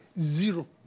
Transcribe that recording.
zero